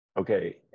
Okay